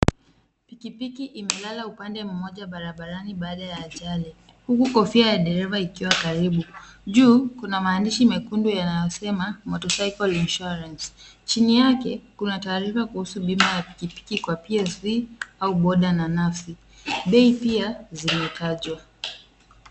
Piki piki imelala upande mmoja barabarani baada ya ajali, huku kofia ya dereva ikiwa karibu. Juu kuna maandishi mekundu yanayosema motorcycle insurance . Chini yake kuna taarifa kuhusu bima ya piki ipiki kwa PSV au boda na nafsi. Bei pia zimetajwa.